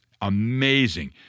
amazing